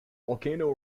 volcano